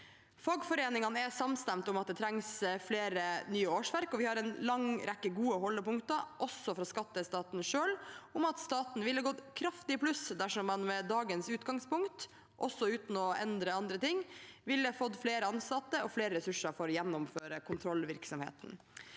Fagforeningene er samstemt om at det trengs flere nye årsverk. Vi har en lang rekke gode holdepunkter, også fra skatteetaten selv, for at staten ville gått kraftig i pluss dersom man med dagens utgangspunkt, også uten å endre andre ting, hadde fått flere ansatte og flere ressurser for å gjennomføre kontrollvirksomheten.